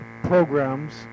programs